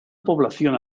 población